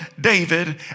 David